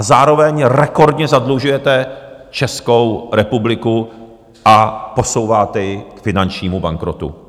Zároveň rekordně zadlužujete Českou republiku a posouváte ji k finančnímu bankrotu.